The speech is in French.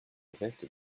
veste